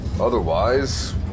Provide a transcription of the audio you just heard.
Otherwise